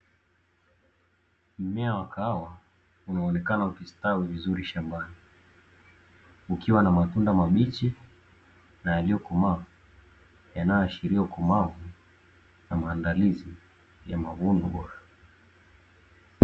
Mmea wa kahawa unaonekana ukistawi vizuri shambani, ukiwa na matunda mabichi na yaliyokomaa yanayoashiria ukomavu na maandalizi ya mavuno bora.